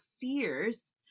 fears